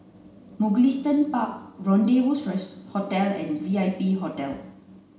Mugliston Park Rendezvous Hotel and V I P Hotel